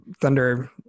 Thunder